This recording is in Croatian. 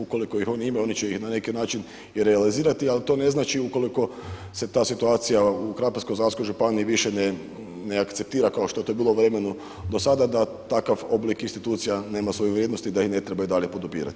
Ukoliko ih oni imaju oni će ih na neki način i realizirati ali to ne znači ukoliko se ta situacija u Krapinsko-zagorskoj županiji više ne akceptira kao što je to bilo u vremenu do sada da takav oblik institucija nema svoju vrijednost i da ih ne trebaju dalje podupirat.